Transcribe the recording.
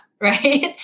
right